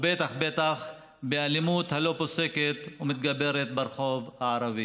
בטח ובטח באלימות הלא-פוסקת ומתגברת ברחוב הערבי.